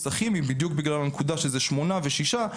הכימי בדיוק בגלל הנקודה שזה שמונה ושישה,